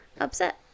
upset